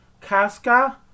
Casca